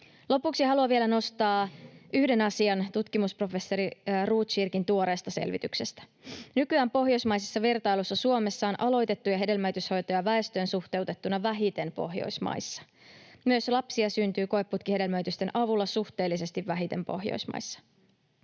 Lopuksi haluan vielä nostaa yhden asian tutkimusprofessori Rotkirchin tuoreesta selvityksestä: Nykyään Pohjoismaisessa vertailussa Suomessa on aloitettuja hedelmöityshoitoja väestöön suhteutettuna vähiten Pohjoismaissa. Myös lapsia syntyy koeputkihedelmöitysten avulla suhteellisesti vähiten Pohjoismaissa.